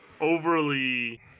Overly